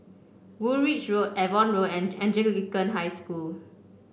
Woolwich Road Avon Road and Anglican High School